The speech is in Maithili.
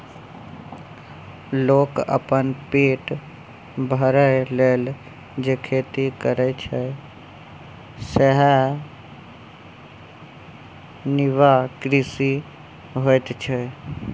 लोक अपन पेट भरय लेल जे खेती करय छै सेएह निर्वाह कृषि होइत छै